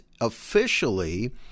officially